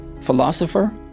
philosopher